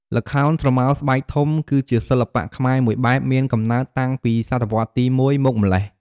ល្ខោនស្រមោលស្បែកធំ គឺជាសិល្បៈខ្មែរមួយបែបមានកំណើតតាំងពីស.វទី ១ មកម្ល៉េះ ។